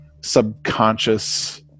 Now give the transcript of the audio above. subconscious